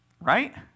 Right